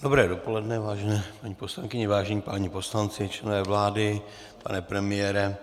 Dobré dopoledne, vážené paní poslankyně, vážení páni poslanci, členové vlády, pane premiére.